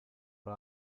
pro